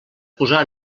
posar